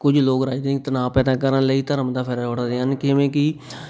ਕੁਝ ਲੋਕ ਰਾਜਨੀਤਿਕ ਤਣਾਅ ਪੈਦਾ ਕਰਨ ਲਈ ਧਰਮ ਦਾ ਫਾਇਦਾ ਉਠਾਉਂਦੇ ਹਨ ਕਿਵੇਂ ਕਿ